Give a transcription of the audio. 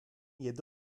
yedi